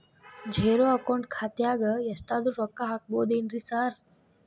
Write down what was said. Zero account ಖಾತ್ಯಾಗ ಎಷ್ಟಾದ್ರೂ ರೊಕ್ಕ ಹಾಕ್ಬೋದೇನ್ರಿ ಸಾರ್?